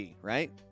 right